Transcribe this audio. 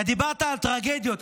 אתה דיברת על טרגדיות.